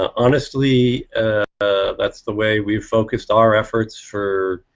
ah honestly ah that's the way we focus our efforts for.